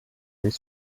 his